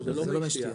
זה לא מי שתייה,